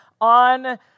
on